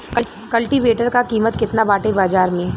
कल्टी वेटर क कीमत केतना बाटे बाजार में?